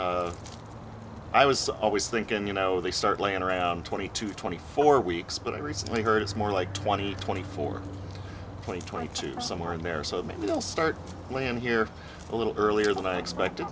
weeks i was always thinking you know they start laying around twenty to twenty four weeks but i recently heard it's more like twenty twenty four point twenty two somewhere in there so maybe they'll start land here a little earlier than i expected